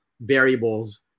variables